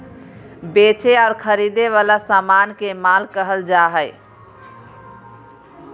बेचे और खरीदे वला समान के माल कहल जा हइ